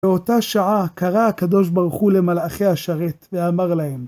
באותה שעה קרא הקדוש ברוך הוא למלאכי השרת ואמר להם